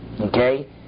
okay